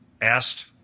asked